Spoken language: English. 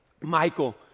Michael